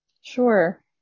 Sure